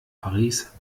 paris